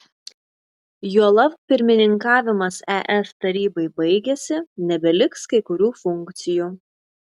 juolab pirmininkavimas es tarybai baigėsi nebeliks kai kurių funkcijų